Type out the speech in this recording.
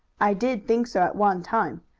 i did think so at one time,